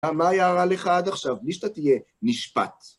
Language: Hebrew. מה היה רע לך עד עכשיו? בלי שאתה תהיה נשפט.